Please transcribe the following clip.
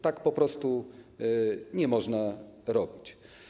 Tak po prostu nie można robić.